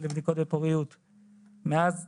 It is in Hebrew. מדובר ביומיים בלבד שבהם יש את הבדיקה וגם זה